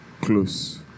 close